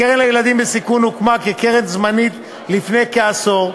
הקרן לילדים בסיכון הוקמה כקרן זמנית לפני כעשור,